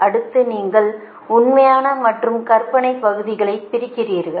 அடுத்து நீங்கள் உண்மையான மற்றும் கற்பனை பகுதிகளை பிரிக்கிறீர்கள்